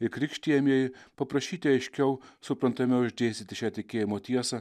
ir krikštijamieji paprašyti aiškiau suprantamiau išdėstyti šią tikėjimo tiesą